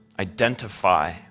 Identify